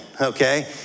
Okay